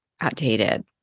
outdated